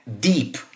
deep